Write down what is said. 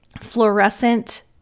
fluorescent